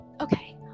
Okay